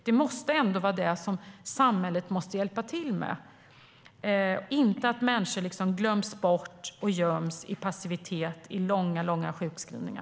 Det måste ändå vara det senare som samhället ska hjälpa till med, inte att låta människor glömmas bort och gömmas i passivitet i långa sjukskrivningar.